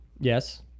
yes